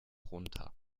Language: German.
runter